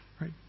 right